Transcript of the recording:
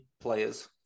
players